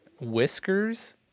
Whiskers